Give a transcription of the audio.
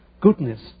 Goodness